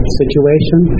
situation